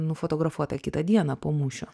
nufotografuota kitą dieną po mūšio